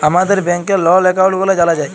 আমাদের ব্যাংকের লল একাউল্ট গুলা জালা যায়